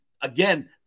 Again